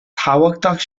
thábhachtach